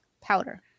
Powder